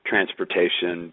Transportation